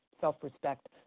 self-respect